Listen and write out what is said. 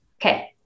Okay